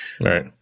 right